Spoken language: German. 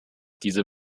diese